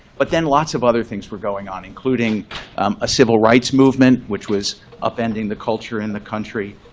but then lots of other things were going on, including a civil rights movement, which was upending the culture in the country,